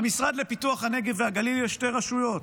במשרד לפיתוח הנגב והגליל יש שתי רשויות: